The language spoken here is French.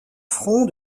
front